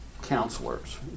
counselors